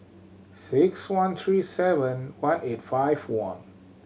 six one three seven one eight five one